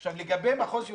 עכשיו, לגבי מחוז ירושלים,